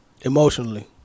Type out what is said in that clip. Emotionally